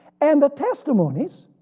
and the testimonies,